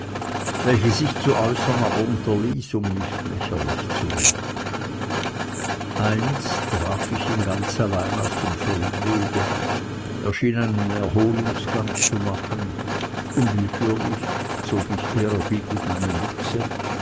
welches ich zu äußern aber unterließ um nicht lächerlich zu werden einst traf ich ihn ganz allein auf einem feldwege er schien einen erholungsgang zu machen unwillkürlich zog ich ehrerbietig meine mütze